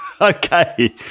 Okay